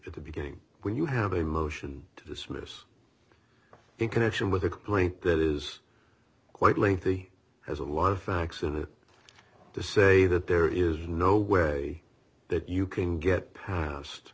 at the beginning when you have a motion to dismiss in connection with a complaint that is quite lengthy has a lot of facts and the to say that there is no way that you can get past